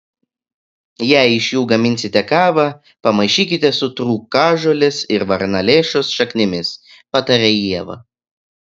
jei iš jų gaminsite kavą pamaišykite su trūkažolės ir varnalėšos šaknimis pataria ieva